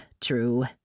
true